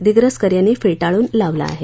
दिग्रसकर यांनी फेटाळून लावला आहे